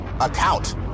account